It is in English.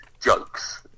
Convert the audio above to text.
jokes